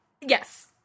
Yes